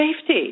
safety